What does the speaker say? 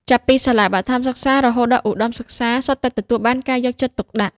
ចាប់ពីសាលាបឋមសិក្សា រហូតដល់ឧត្ដមសិក្សា សុទ្ធតែទទួលបានការយកចិត្តទុកដាក់។